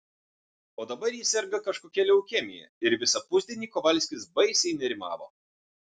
o dabar ji serga kažkokia leukemija ir visą pusdienį kovalskis baisiai nerimavo